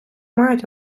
мають